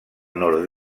nord